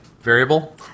Variable